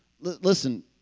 Listen